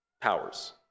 Powers